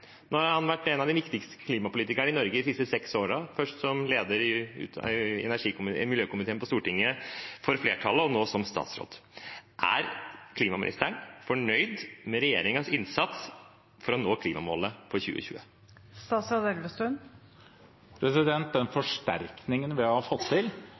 Nå har han vært en av de viktigste klimapolitikerne i Norge de siste seks årene, først som leder i miljøkomiteen på Stortinget for flertallet og nå som statsråd. Er klimaministeren fornøyd med regjeringens innsats for å nå klimamålet for 2020? Med den forsterkningen vi har fått til,